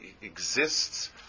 exists